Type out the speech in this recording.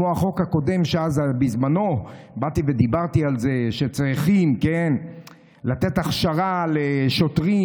כמו החוק הקודם: בזמנו באתי ודיברתי על זה שצריכים לתת הכשרה לשוטרים,